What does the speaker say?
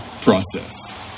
process